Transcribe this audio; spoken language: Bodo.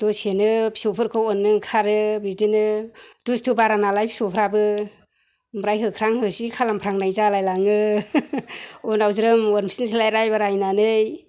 दसेनो फिसौफोरखौ अननो ओंखारो बिदिनो दुस्त' बारा नालाय फिसौफ्राबो ओमफ्राय होख्रां होसि खालामफ्रांनाय जालायलाङो उनाव ज्रोम अनफिननोसैलाय रायबा रायनानै